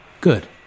good